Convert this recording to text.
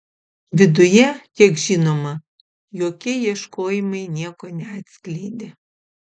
viduje kiek žinoma jokie ieškojimai nieko neatskleidė